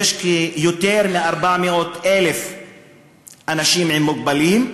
יש יותר מ-400,000 אנשים מוגבלים,